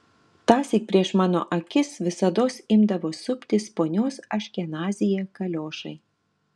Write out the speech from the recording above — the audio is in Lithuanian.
tąsyk prieš mano akis visados imdavo suptis ponios aškenazyje kaliošai